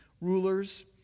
rulers